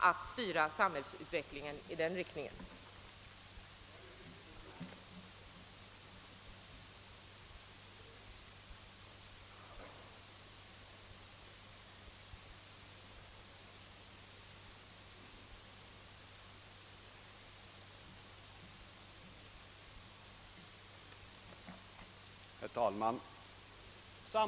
Att styra samhällsutvecklingen i den riktningen måste vara huvuduppgiften för oss politiker.